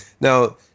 now